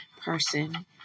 person